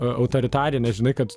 autoritarinės žinai kad